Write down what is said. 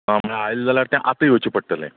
आं म्हळ्यार आयले जाल्यार तें आता येवचें पडटलें